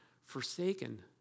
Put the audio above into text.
forsaken